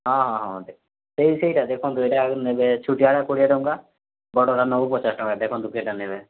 ହଁ ହଁ ହଁ ହଁ ଏଇ ସେଇ ସେଇଟା ଦେଖନ୍ତୁ ଏଇଟା ଆଗ ନେବେ ଛୋଟିଆଟା କୋଡ଼ିଏ ଟଙ୍କା ବଡ଼ଟା ନେବୁ ପଚାଶ ଟଙ୍କା ଦେଖନ୍ତୁ କେଇଟା ନେବେ